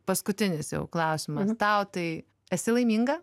paskutinis jau klausimas tau tai esi laiminga